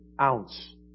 ounce